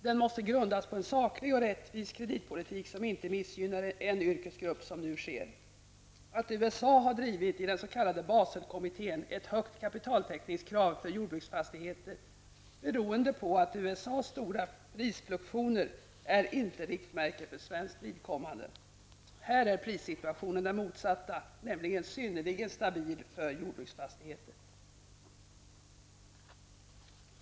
Den måste grundas på en saklig och rättvis kreditpolitik, som inte missgynnar en yrkesgrupp, vilket nu sker. Att USA i den s.k. Baselkommittén har drivit ett högt kapitaltäckningskrav för jordbruksfastigheter, beroende på USA:s stora prisfluktuationer, är inget riktmärke för svenskt vidkommande. Här är prissituationen den motsatta, nämligen synnerligen stabil för jordbruksfastigheter.